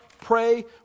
pray